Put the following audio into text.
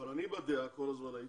אבל אני בדעה, כל הזמן הייתי,